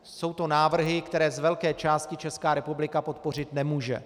Jsou to návrhy, které z velké části Česká republika podpořit nemůže.